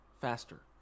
faster